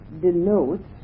denotes